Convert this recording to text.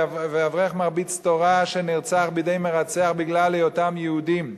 ואברך מרביץ תורה שנרצחו בידי מרצח בגלל היותם יהודים,